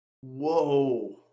Whoa